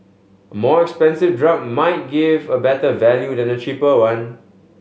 a more expensive drug might give a better value than a cheaper one